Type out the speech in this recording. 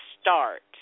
start